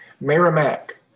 Merrimack